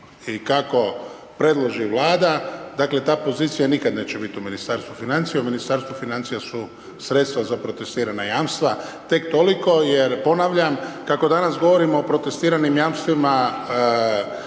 i kako predloži Vlada, dakle ta pozicija nikad neće biti u Ministarstvu financija, u Ministarstvu financija su sredstva za protestirana jamstva, tek toliko jer ponavljam, kako danas govorimo o protestiranim jamstvima